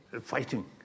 fighting